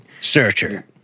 Searcher